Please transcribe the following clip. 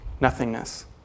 nothingness